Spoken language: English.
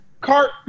cart